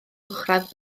uwchradd